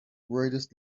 greatest